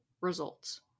results